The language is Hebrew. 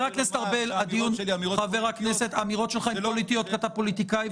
האמירות שלך הן פוליטיות כי אתה פוליטיקאי,